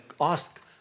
ask